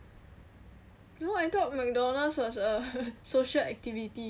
no I thought McDonald's was a social activity